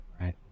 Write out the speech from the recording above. right